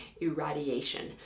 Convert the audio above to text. irradiation